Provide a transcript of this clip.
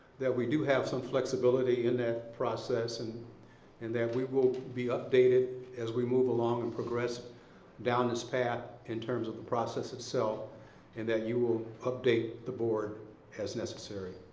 we do have some flexibility in that process and and that we will be updated as we move along and progress down this path in terms of the process itself and that you will update the board as necessary.